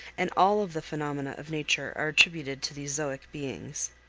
and all of the phenomena of nature are attributed to these zoic beings.